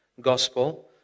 gospel